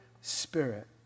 Spirit